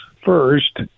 first